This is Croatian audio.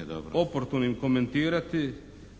(IDS)** Oportunim komentirati.